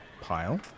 Pile